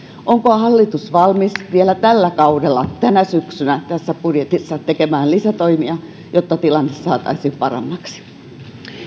onko hallitus valmis vielä tällä kaudella tänä syksynä tässä budjetissa tekemään lisätoimia jotta tilanne saataisiin paremmaksi